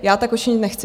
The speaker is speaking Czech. Já tak učinit nechci.